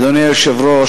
אדוני היושב-ראש,